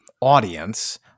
audience